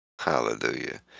Hallelujah